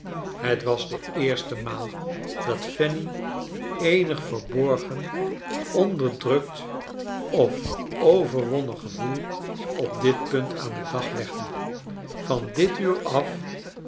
het was de eerste maal dat fanny eenig verborgen onderdrukt of overwonnen gevoel op dit punt aan den dag legde van dit uur af